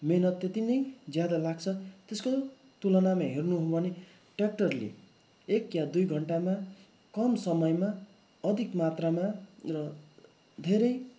मेहनत त्यति नै ज्यादा लाग्छ त्यसको तुलनामा हेर्नु हो भने ट्य्राक्टरले एक वा दुई घण्टामा कम समयमा अधिक मात्रामा र धेरै